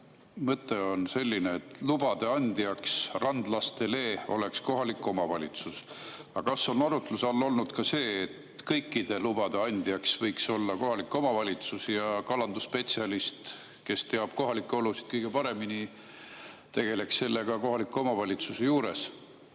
mõte on selline, et lubade andjaks randlastele oleks kohalik omavalitsus. Aga kas on arutluse all olnud ka see, et kõikide lubade andja võiks olla kohalik omavalitsus ja kalandusspetsialist, kes teab kohalikke olusid kõige paremini, tegeleks sellega kohaliku omavalitsuse juures?